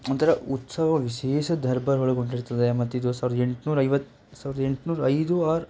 ಒಂಥರ ಉತ್ಸವದ ವಿಶೇಷ ದರ್ಬಾರ್ಗಳು ಒಳಗೊಂಡಿರುತ್ತದೆ ಮತ್ತಿದು ಸಾವಿರದ ಎಂಟ್ನೂರ ಐವತ್ತು ಸಾವಿರದ ಎಂಟ್ನೂರು ಐದು ಆರು